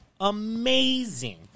amazing